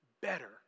better